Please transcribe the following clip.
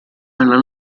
nella